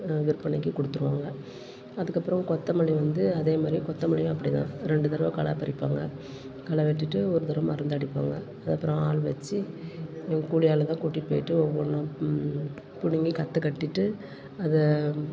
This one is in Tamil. விற்பனைக்கு கொடுத்துருவாங்க அதுக்கப்பறம் கொத்தமல்லி வந்து அதேமாதிரியே கொத்தமல்லியும் அப்படி தான் ரெண்டு தரவை களை பறிப்பாங்க களை வெட்டிட்டு ஒரு தரவை மருந்து அடிப்பாங்க அதுக்கப்பறம் ஆள் வச்சி கூலி ஆளு தான் கூட்டிட்டு போயிட்டு ஒவ்வொன்னும் பிடிங்கி கற்ற கட்டிட்டு அதை